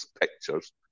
pictures